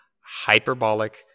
hyperbolic